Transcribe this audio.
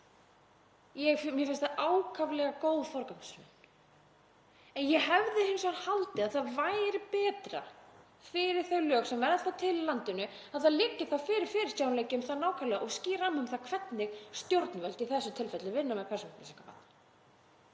Mér finnst það ákaflega góð forgangsröðun. Ég hefði hins vegar haldið að það væri betra fyrir þau lög sem verða til í landinu að það liggi þá fyrir fyrirsjáanleiki um það nákvæmlega og skýr rammi um það hvernig stjórnvöld í þessu tilfelli vinna með persónuupplýsingar.